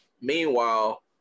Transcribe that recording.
Meanwhile